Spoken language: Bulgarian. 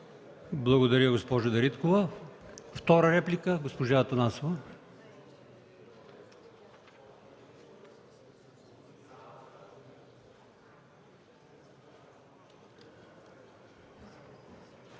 Благодаря, госпожо Дариткова.